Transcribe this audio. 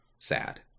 sad